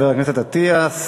תודה, חבר הכנסת אטיאס.